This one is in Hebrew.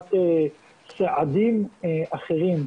בעזרת סעדים אחרים.